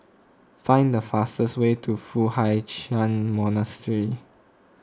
find the fastest way to Foo Hai Ch'an Monastery